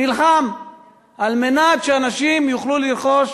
נלחם על מנת שאנשים יוכלו לרכוש,